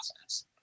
process